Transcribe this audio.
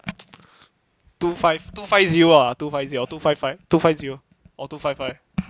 two five two five zero ah two five zero two five five two five zero or two five five